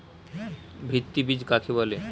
ভিত্তি বীজ কাকে বলে?